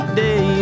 day